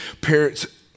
parents